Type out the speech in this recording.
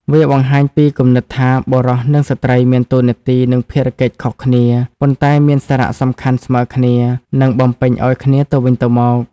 វាបង្ហាញពីគំនិតថា បុរសនិងស្ត្រីមានតួនាទី និងភារកិច្ចខុសគ្នា ប៉ុន្តែមានសារៈសំខាន់ស្មើគ្នា និងបំពេញឲ្យគ្នាទៅវិញទៅមក។